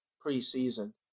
pre-season